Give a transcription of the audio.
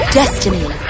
destiny